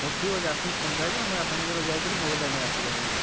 ହଉ ଠିକ୍ ଅଛେ ଆସୁନ୍ତ୍ ସନ୍ଧ୍ୟାରେ ମୁଇଁ ଆପଣ୍ଙ୍କର୍ନୁ ଯାଇକିରି ମୋବାଇଲ୍ଟା ଆନି ଆସ୍ବି ଆଜ୍ଞା